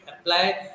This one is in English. apply